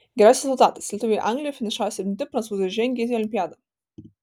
geriausias rezultatas lietuviai anglijoje finišavo septinti prancūzai žengė į olimpiadą